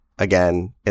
Again